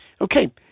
Okay